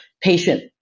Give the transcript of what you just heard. patient